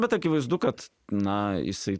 bet akivaizdu kad na isai